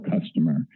customer